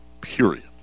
period